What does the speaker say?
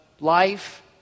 life